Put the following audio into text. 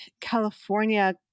California